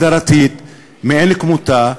הדרתית מאין כמותה,